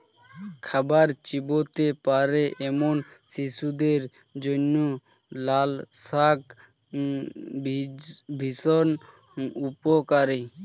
খাবার চিবোতে পারে এমন শিশুদের জন্য লালশাক ভীষণ উপকারী